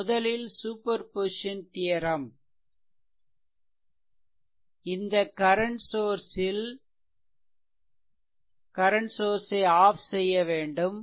முதலில் சூப்பர்பொசிசன் இந்த current source ஐ ஆஃப் செய்ய வேண்டும்